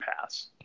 pass